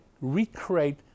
recreate